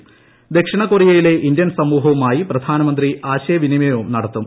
വൈകിട്ട് ദക്ഷിണകൊറിയയിലെ ഇന്ത്യൻ സമൂഹവുമായി പ്രധാനമന്ത്രി ആശയവിനിമയവും നടത്തും